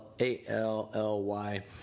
A-L-L-Y